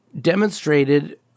demonstrated